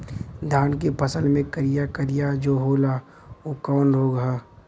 धान के फसल मे करिया करिया जो होला ऊ कवन रोग ह?